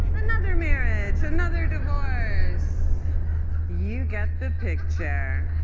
another marriage, another divorce you got the picture.